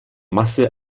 masse